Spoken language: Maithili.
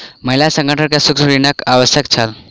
महिला संगठन के सूक्ष्म ऋणक आवश्यकता छल